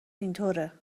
اینطوره